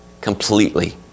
completely